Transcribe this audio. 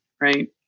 right